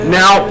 now